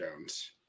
Jones